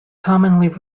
commonly